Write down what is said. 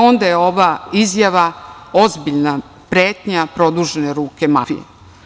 Onda je ova izjava ozbiljna pretnja produžene ruke mafiji.